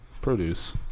produce